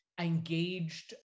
engaged